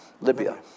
Libya